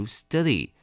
study